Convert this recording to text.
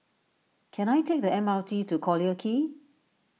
can I take the M R T to Collyer Quay